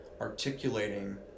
articulating